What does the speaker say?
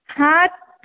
હા